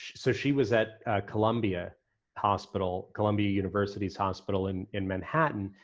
so she was at columbia hospital, columbia university's hospital in in manhattan,